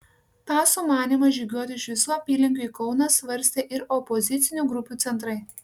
tą sumanymą žygiuoti iš visų apylinkių į kauną svarstė ir opozicinių grupių centrai